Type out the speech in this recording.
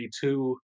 two